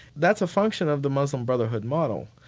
that's a function of the muslim brotherhood model,